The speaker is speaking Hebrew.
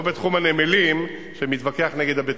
לא בתחום הנמלים, שמתווכח נגד הבטיחות.